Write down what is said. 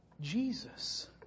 Jesus